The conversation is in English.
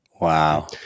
Wow